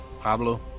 Pablo